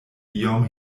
iom